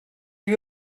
lui